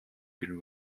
been